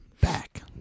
back